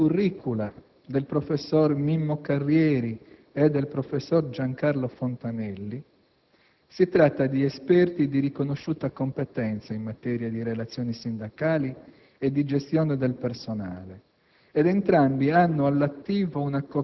Per quanto attiene, poi, ai *curricula* del professor Mimmo Carrieri e del dottor Giancarlo Fontanelli, si tratta di esperti di riconosciuta competenza in materia di relazioni sindacali e di gestione del personale